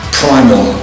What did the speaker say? primal